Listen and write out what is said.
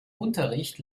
unterricht